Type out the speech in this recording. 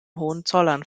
hohenzollern